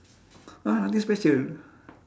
!huh! nothing special